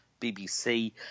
bbc